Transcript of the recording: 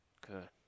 Good